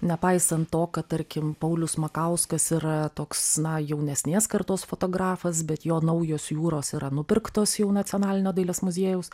nepaisant to kad tarkim paulius makauskas yra toks na jaunesnės kartos fotografas bet jo naujos jūros yra nupirktos jau nacionalinio dailės muziejaus